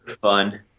fun